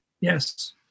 Yes